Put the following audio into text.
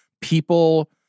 people